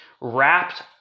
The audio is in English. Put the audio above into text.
wrapped